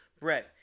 bread